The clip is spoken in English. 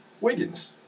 Wiggins